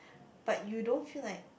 but you don't feel like